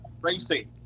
racing